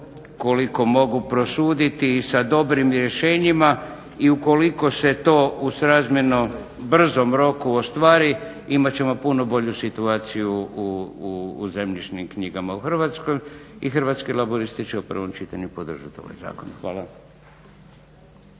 koliko mogu prosuditi i sa dobrim rješenjima i koliko se to u srazmjerno brzom roku ostvari imat ćemo puno bolju situaciju u zemljišnim knjigama u Hrvatskoj i Hrvatski laburisti će u prvom čitanju podržati ovaj Zakon. Hvala.